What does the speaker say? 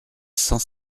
cent